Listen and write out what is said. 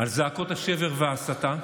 על זעקות השבר וההסתה,